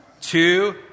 two